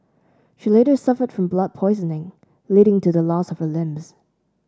she later suffered from blood poisoning leading to the loss of her limbs